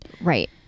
Right